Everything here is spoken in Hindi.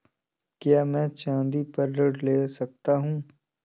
क्या मैं चाँदी पर ऋण ले सकता हूँ?